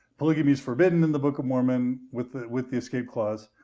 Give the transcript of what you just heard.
polygamy is forbidden in the book of mormon with the with the escape clause.